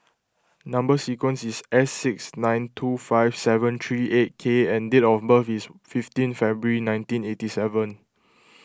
Number Sequence is S six nine two five seven three eight K and date of birth is fifteen February nineteen eighty seven